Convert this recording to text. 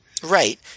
Right